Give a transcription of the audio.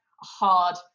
hard